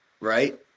right